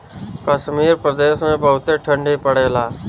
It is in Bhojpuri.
कश्मीर प्रदेस मे बहुते ठंडी पड़ेला